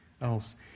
else